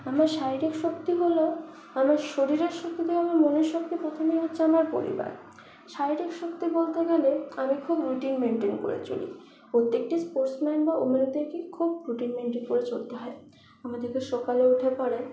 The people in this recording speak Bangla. আমার শারীরিক শক্তি হল আমার শরীরের শক্তির থেকে আমার মনের শক্তির প্রথমেই হচ্ছে আমার পরিবার শারীরিক শক্তি বলতে গেলে আমি খুব রুটিন মেন্টেন করে চলি প্রত্যেকটি স্পোর্টস ম্যান বা খুব রুটিন মেন্টেন করে চলতে হয় আমাদেরকে সকালে উঠে পরে